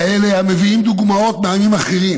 כאלה המביאים דוגמאות מעמים אחרים